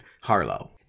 Harlow